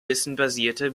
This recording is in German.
wissensbasierte